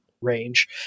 range